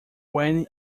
when